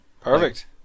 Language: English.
Perfect